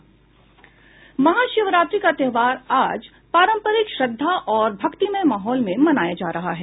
महाशिवरात्रि का त्योहार आज पारम्परिक श्रद्धा और भक्तिमय माहौल में मनाया जा रहा है